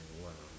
like what ah